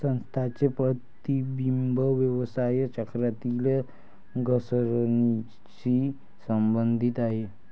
संस्थांचे प्रतिबिंब व्यवसाय चक्रातील घसरणीशी संबंधित आहे